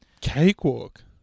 Cakewalk